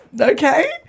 Okay